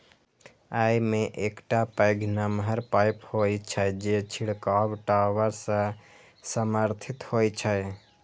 अय मे एकटा पैघ नमहर पाइप होइ छै, जे छिड़काव टावर सं समर्थित होइ छै